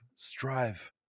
Strive